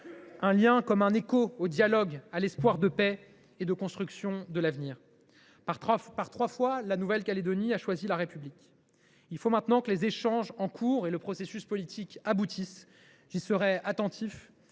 qui s’y est tenu, pour un espoir de paix et de construction de l’avenir. Par trois fois, la Nouvelle Calédonie a choisi la République. Il faut maintenant que les échanges en cours et le processus politique aboutissent. J’y serai attentif.